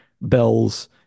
Bell's